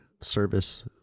service